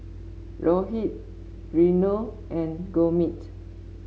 Rohit Renu and Gurmeet